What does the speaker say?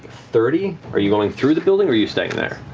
thirty. are you going through the building or you staying there?